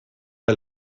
del